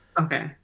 Okay